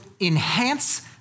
enhance